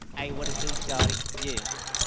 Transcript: ay, what it do, shorty? yeah